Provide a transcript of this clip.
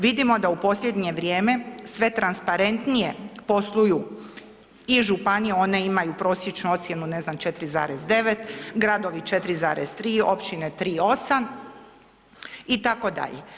Vidimo da u posljednje vrijeme sve transparentnije posluju i županije, one imaju prosječnu ocjenu, ne znam, 4,9, gradovi 4,3, općine 3,8 itd.